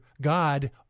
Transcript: God